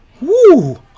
woo